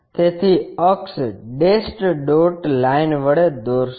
તેથી અક્ષ dashed dot line વડે દોરશુ